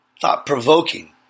thought-provoking